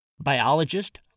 biologist